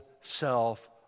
self